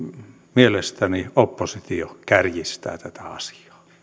mielestäni oppositio kärjistää tätä